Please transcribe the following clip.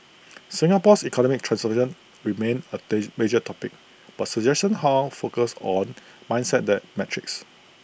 Singapore's economic transformation remained A day major topic but suggestions how focused on mindsets than metrics